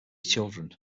children